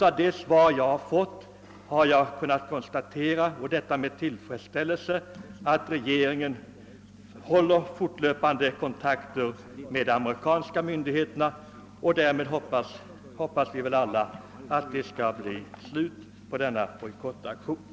Av handelsministerns svar har jag med tillfredsställelse kunnat konstatera att regeringen håller fortlöpande kontakt med de amerikanska myndigheterna, och vi hoppas väl alla att detta skall leda till att det inte blir några bojkottaktioner.